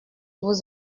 vous